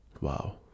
Wow